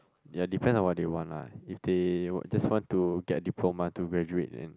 yea depend on what they want lah if they just want to get diploma to graduate then